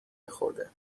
یخورده